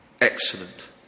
Excellent